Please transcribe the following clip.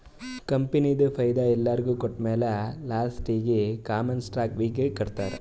ಕಂಪನಿದು ಫೈದಾ ಎಲ್ಲೊರಿಗ್ ಕೊಟ್ಟಮ್ಯಾಲ ಲಾಸ್ಟೀಗಿ ಕಾಮನ್ ಸ್ಟಾಕ್ದವ್ರಿಗ್ ಕೊಡ್ತಾರ್